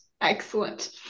excellent